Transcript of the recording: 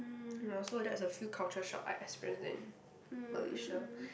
ya so that's a few culture shock I experience in Malaysia